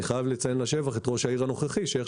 אני חייב לציין לשבח את ראש העיר הנוכחי איך